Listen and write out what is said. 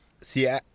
See